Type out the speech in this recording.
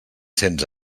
cents